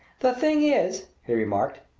the thing is, he remarked,